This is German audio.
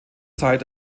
zeit